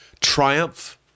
triumph